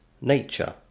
nature